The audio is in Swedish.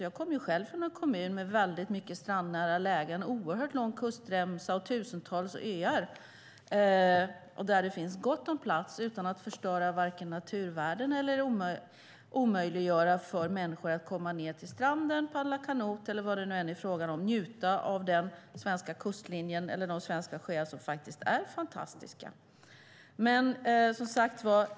Jag kommer själv från en kommun med väldigt mycket strandnära lägen, oerhört lång kustremsa och tusentals öar. Där finns det gott om plats utan att man vare sig förstör naturvärden eller omöjliggör för människor att komma ned till stranden, paddla kanot och njuta av den svenska kustlinjen eller de svenska sjöarna som faktiskt är fantastiska.